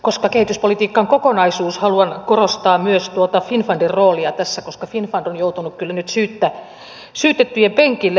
koska kehityspolitiikka on kokonaisuus haluan korostaa myös finnfundin roolia tässä koska finnfund on kyllä nyt joutunut syyttä syytettyjen penkille